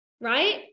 right